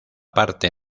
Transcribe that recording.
parte